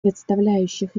представляющих